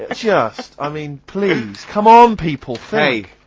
ah just, i mean, please, come on people! think.